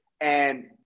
And-